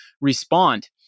respond